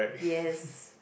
yes